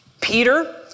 Peter